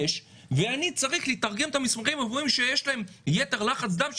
ואני צריך לתרגם את המסמכים שאומרים שיש להם יתר לחץ דם,